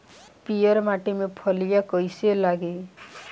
पीयर माटी में फलियां कइसे लागी?